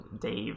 Dave